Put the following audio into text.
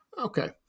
okay